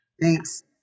thanks